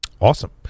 awesome